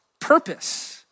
purpose